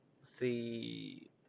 see